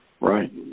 Right